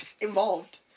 involved